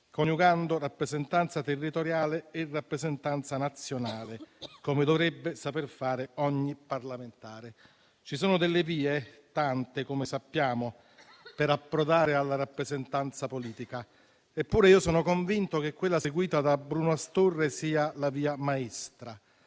coniugando rappresentanza territoriale e rappresentanza nazionale, come dovrebbe saper fare ogni parlamentare. Ci sono delle vie - tante, come sappiamo - per approdare alla rappresentanza politica. Eppure, io sono convinto che quella seguita da Bruno Astorre sia la via maestra: